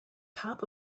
top